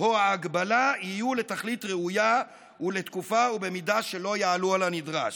או ההגבלה יהיו לתכלית ראויה ולתקופה ובמידה שלא יעלו על הנדרש".